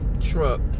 truck